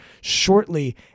shortly